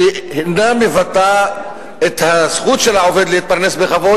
שאינה מבטאת את הזכות של העובד להתפרנס בכבוד